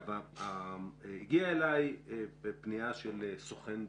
הגיעה אלי פנייה של סוכן דואר.